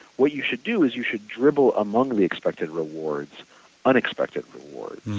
what you should do is you should dribble among the expected rewards unexpected rewards,